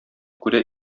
күрә